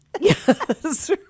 Yes